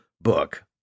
book